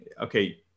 Okay